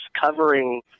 covering